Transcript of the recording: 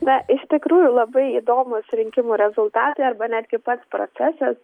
na iš tikrųjų labai įdomūs rinkimų rezultatai arba netgi pats procesas